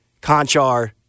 Conchar